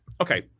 Okay